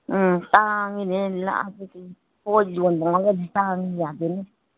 ꯑ ꯇꯥꯡꯏꯅꯦ ꯄꯣꯠ ꯇꯥꯡꯏ ꯌꯥꯗꯦꯅꯦ